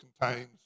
contains